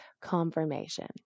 confirmation